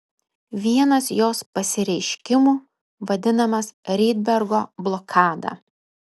vienas jos pasireiškimų vadinamas rydbergo blokada